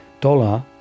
Dollar